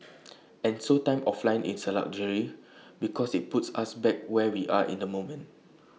and so time offline is A luxury because IT puts us back where we are in the moment